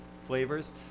flavors